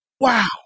Wow